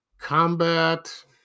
combat